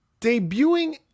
Debuting